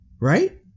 Right